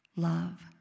Love